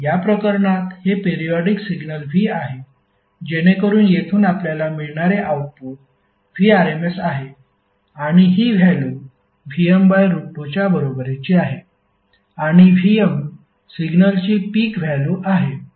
या प्रकरणात हे पेरियॉडिक सिग्नल V आहे जेणेकरून येथून आपल्याला मिळणारे आउटपुट Vrms आहे आणि हि व्हॅल्यु Vm2 च्या बरोबरीची आहे आणि Vm सिग्नलची पीक व्हॅल्यु आहे